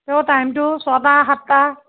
তেও টাইমটো ছটা সাতটা